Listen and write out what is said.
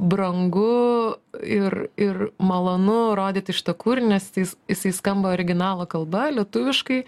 brangu ir ir malonu rodyti šitą kūrinį nes jis jisai skamba originalo kalba lietuviškai